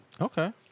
Okay